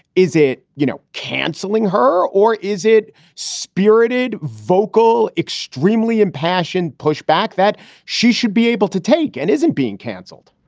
is it, you know, cancelling her or is it spirited, vocal, extremely impassioned pushback back that she should be able to take and isn't being canceled?